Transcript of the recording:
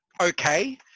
okay